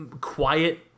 quiet